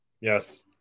Yes